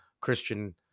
Christian